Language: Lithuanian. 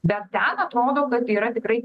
bet ten atrodo kad tai yra tikrai